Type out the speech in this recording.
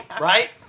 right